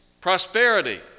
Prosperity